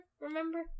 remember